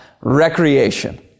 recreation